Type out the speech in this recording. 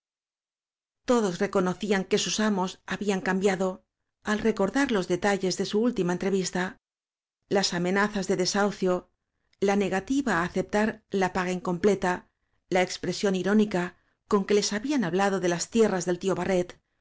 todos reconocían que sus amos habían catnbiado al recordar los detalles de su última entrevista las amenazas de desahucio la ne gativa á aceptar la paga incompleta la expre sión irónica con que les habían hablado de las tierras del tio barret